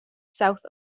south